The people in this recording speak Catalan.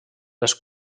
les